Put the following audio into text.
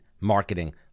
marketing